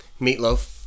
meatloaf